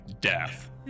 death